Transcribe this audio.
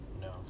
No